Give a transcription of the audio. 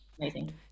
amazing